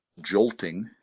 jolting